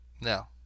No